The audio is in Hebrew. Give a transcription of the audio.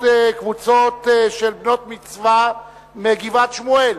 קבוצות של בנות-מצווה מגבעת-שמואל.